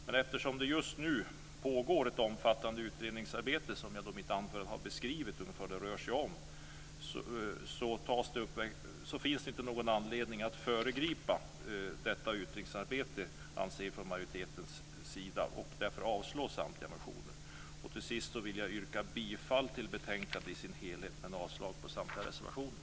Men eftersom ett omfattande utredningsarbete just nu pågår - i mitt anförande har jag beskrivit vad det ungefärligen rör sig om - finns det inte någon anledning att föregripa detta utredningsarbete, anser vi från majoritetens sida. Därför avstyrks samtliga motioner. Till sist yrkar jag bifall till hemställan i betänkandet i dess helhet och avslag på samtliga reservationer.